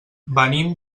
venim